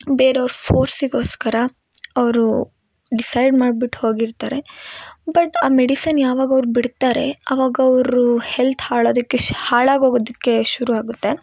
ಬೇರೆಯವ್ರು ಫೋರ್ಸಿಗೋಸ್ಕರ ಅವರು ಡಿಸೈಡ್ ಮಾಡ್ಬಿಟ್ಟು ಹೋಗಿರ್ತಾರೆ ಬಟ್ ಆ ಮೆಡಿಸನ್ ಯಾವಾಗ ಅವ್ರು ಬಿಡ್ತರೆ ಅವಾಗ ಅವರು ಹೆಲ್ತ್ ಹಾಳಾದಕ್ಕೆ ಶ ಹಾಳಾಗೋಗುದಿಕ್ಕೆ ಶುರು ಆಗುತ್ತೆ